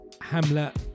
Hamlet